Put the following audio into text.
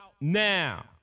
now